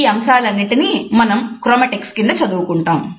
ఈ అంశాలన్నింటినీ మనం క్రోమాటిక్స్ కింద చదువుకుంటాం